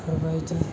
बेफोरबायदि